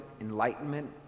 enlightenment